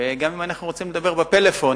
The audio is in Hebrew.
וגם אם אנחנו רוצים לדבר בפלאפון,